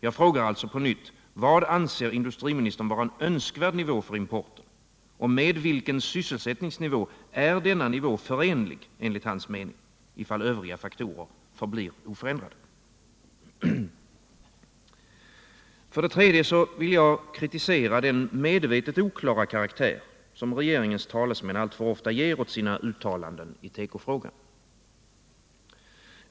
Jag frågar alltså på nytt: Vad anser industriministern vara en önskvärd nivå för importen? Och med vilken sysselsättningsnivå är denna nivå förenlig, enligt hans mening, ifall övriga faktorer förblir oförändrade? Vidare vill jag kritisera den medvetet oklara karaktär regeringens talesmän alltför ofta ger åt sina uttalanden i tekofrågan.